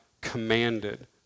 commanded